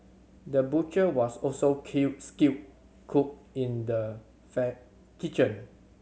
the butcher was also kill skilled cook in the kitchen